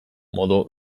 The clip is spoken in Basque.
modu